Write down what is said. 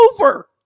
over